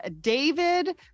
David